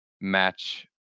match